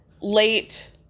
late